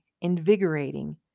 invigorating